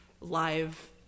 live